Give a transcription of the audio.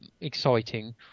exciting